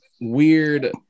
weird